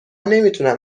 نمیتونن